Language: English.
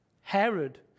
Herod